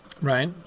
right